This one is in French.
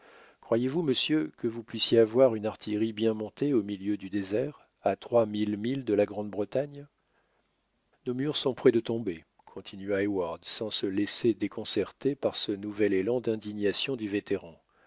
croyez-vous monsieur que vous puissiez avoir une artillerie bien montée au milieu du désert à trois mille milles de la grande-bretagne nos murs sont près de tomber continua heyward sans se laisser déconcerter par ce nouvel élan d'indignation du vétéran